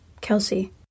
Kelsey